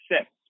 six